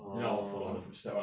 orh